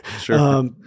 Sure